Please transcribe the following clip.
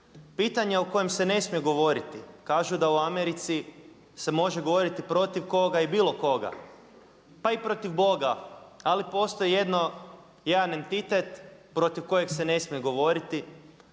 pitanje o kojem se ne smije govoriti. Kažu da u Americi se može govoriti protiv koga i bilo koga, pa i protiv Boga. Ali postoji jedan entitet protiv kojega se ne smije govoriti,